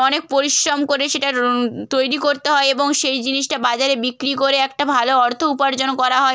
অনেক পরিশ্রম করে সেটার তৈরি করতে হয় এবং সেই জিনিসটা বাজারে বিক্রি করে একটা ভালো অর্থ উপার্জন করা হয়